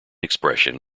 expression